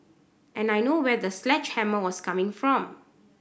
and I know where the sledgehammer was coming from